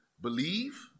believe